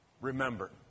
Remember